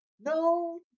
No